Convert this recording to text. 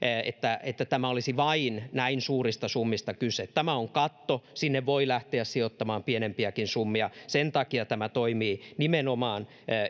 että että tässä olisi vain näin suurista summista kyse tämä on katto sinne voi lähteä sijoittamaan pienempiäkin summia sen takia tämä toimii nimenomaan